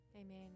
Amen